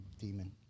demon